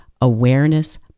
Awareness